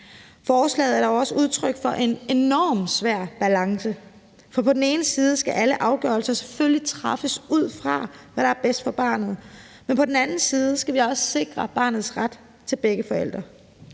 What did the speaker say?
Forslaget er også udtryk for en enormt svær balance. For på den ene side skal alle afgørelser selvfølgelig træffes ud fra, hvad der er bedst for barnet, men på den anden side skal vi også sikre barnets ret til begge forældre.